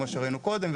כמו שהראיתי קודם,